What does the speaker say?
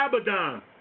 Abaddon